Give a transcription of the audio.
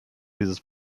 dieses